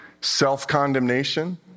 self-condemnation